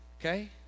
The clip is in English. okay